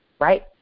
Right